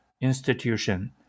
institution